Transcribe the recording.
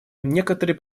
некоторые